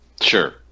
Sure